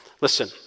listen